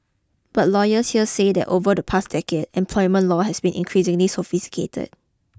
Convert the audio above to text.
but lawyers here say that over the past decade employment law has become increasingly sophisticated